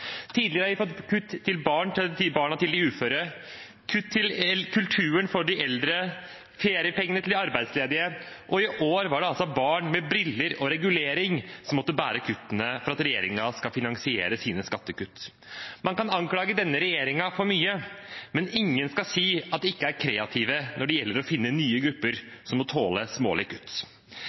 Tidligere har vi fått kutt til barna til de uføre, kutt til kulturen for de eldre og kutt i feriepengene til de arbeidsledige. I år var det altså barn med briller eller regulering som måtte bære kuttene for at regjeringen skal kunne finansiere sine skattekutt. Man kan anklage denne regjeringen for mye, men ingen skal si at de ikke er kreative når det gjelder å finne nye grupper som må tåle